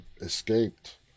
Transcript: escaped